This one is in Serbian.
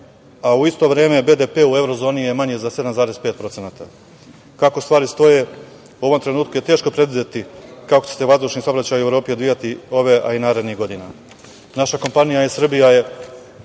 a u isto vreme BDP u evrozoni je manji za 7,5%.Kako stvari stoje, u ovom trenutku je teško predvideti kako će se vazdušni saobraćaj odvijati ove, a i narednih godina. Naša